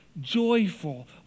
joyful